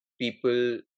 people